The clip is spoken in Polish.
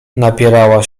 napierała